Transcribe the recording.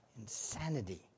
Insanity